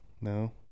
No